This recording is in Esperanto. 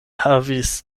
havis